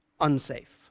unsafe